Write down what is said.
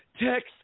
Text